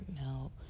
Now